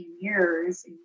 years